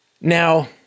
Now